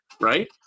right